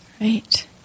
Right